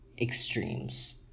extremes